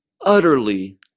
utterly